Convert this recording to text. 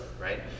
right